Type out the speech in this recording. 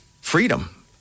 freedom